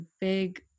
big